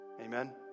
Amen